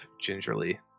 gingerly